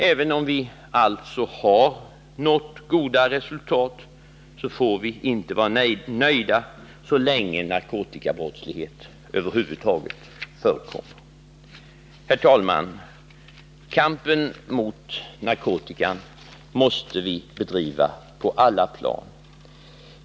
Även om vi alltså har nått goda resultat, får vi inte vara nöjda, så länge narkotikabrottslighet över huvud taget förekommer. Herr talman! Kampen mot narkotikan måste vi bedriva på alla plan.